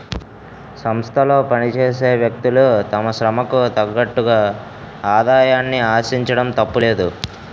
సంస్థలో పనిచేసే వ్యక్తులు తమ శ్రమకు తగ్గట్టుగా ఆదాయాన్ని ఆశించడం తప్పులేదు